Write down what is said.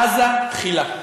עזה תחילה.